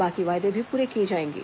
बाकी वायदे भी पूरे किए जाएंगे